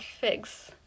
figs